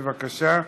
בבקשה.